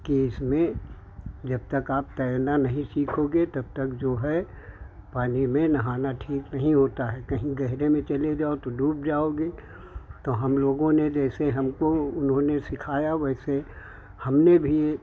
कि इसमें जब तक आप तैरना नहीं सीखोगे तब तक जो है पानी में नहाना ठीक नहीं होता है कहीं गहरे में चले गए तो डूब जाओगे तो हम लोगों ने जैसे हमको उन्होंने सिखाया वैसे हमने भी